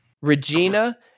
Regina